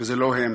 וזה לא הם,